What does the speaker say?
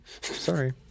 Sorry